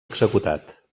executat